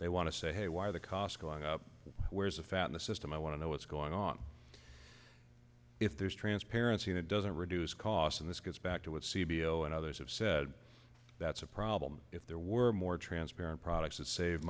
they want to say why are the costs going up where's the fat in the system i want to know what's going on if there's transparency that doesn't reduce costs in this gets back to what c b l and others have said that's a problem if there were more transparent products to save